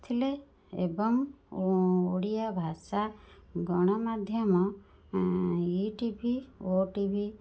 ଥିଲେ ଏବଂ ଓଡ଼ିଆ ଭାଷା ଗଣମାଧ୍ୟମ ଇ ଟି ଭି ଓ ଟି ଭି